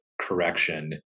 correction